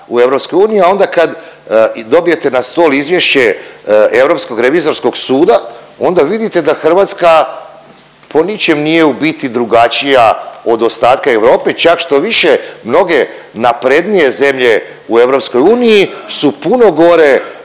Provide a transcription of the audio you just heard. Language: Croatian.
u EU, a onda kad dobijete na stol izvješće Europskog revizorskog suda onda vidite da Hrvatska po ničem nije u biti drugačija od ostatka Europe, čak štoviše, mnoge naprednije zemlje u EU su puno gore